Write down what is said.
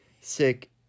sick